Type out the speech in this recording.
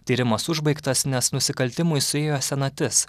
tyrimas užbaigtas nes nusikaltimui suėjo senatis